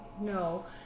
No